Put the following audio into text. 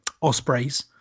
Ospreys